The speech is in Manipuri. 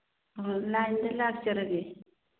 ꯑ ꯂꯥꯏꯟꯗ ꯂꯥꯛꯆꯔꯒꯦ